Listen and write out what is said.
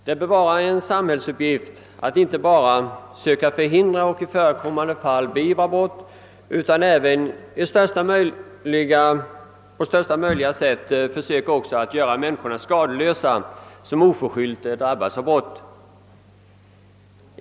Det bör vara en samhällsuppgift att inte bara försöka hindra och i förekommande fall beivra brott utan även i största möjliga utsträckning försöka hålla de människor skadeslösa som oförskyllt drabbas av brotten.